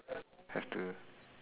have to